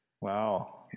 Wow